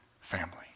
family